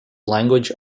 language